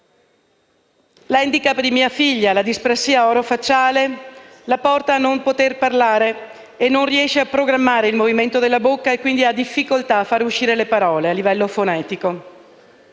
«L'*handicap* di mia figlia, la disprassia oro-facciale, la porta a non poter parlare. Non riesce a programmare il movimento della bocca e, quindi, ha difficoltà a fare uscire le parole a livello fonetico.